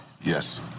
Yes